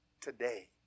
today